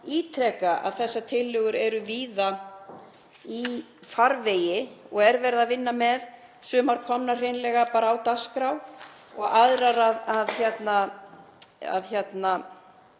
ítreka að þessar tillögur eru víða í farvegi og verið að vinna þær, sumar eru hreinlega komnar á dagskrá og aðrar að líta